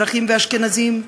מזרחים ואשכנזים,